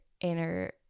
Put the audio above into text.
inner